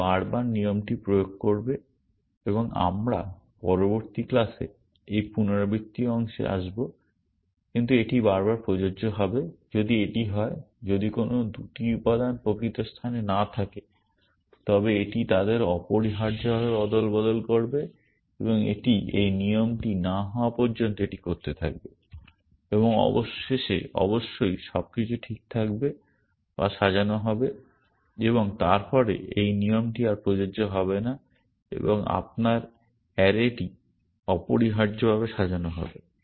এটি বারবার নিয়মটি প্রয়োগ করবে এবং আমরা পরবর্তী ক্লাসে এই পুনরাবৃত্তি অংশে আসব কিন্তু এটি বারবার প্রযোজ্য হবে যদি এটি হয় যদি কোন 2টি উপাদান প্রকৃত স্থানে না থাকে তবে এটি তাদের অপরিহার্যভাবে অদলবদল করবে এবং এটি এই নিয়মটি না হওয়া পর্যন্ত এটি করতে থাকবে এবং অবশেষে অবশ্যই সবকিছু ঠিক থাকবে বা সাজানো হবে এবং তারপরে এই নিয়মটি আর প্রযোজ্য হবে না এবং আপনার অ্যারেটি অপরিহার্যভাবে সাজানো হবে